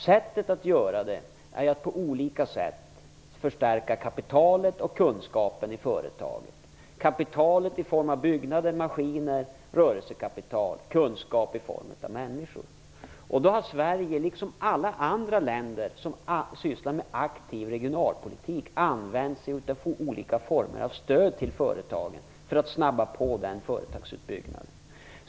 Stödet ges genom att man på olika sätt förstärker kapitalet och kunskapen som finns i företagen, kapitalet i form av byggnader, maskiner och rörelsekapital och kunskapen i form av mänskligt vetande. Sverige har, liksom alla andra länder som sysslar med aktiv regionalpolitik, använt sig av olika former av stöd till företagen för att snabba på en företagsutbyggnad.